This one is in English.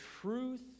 truth